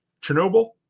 Chernobyl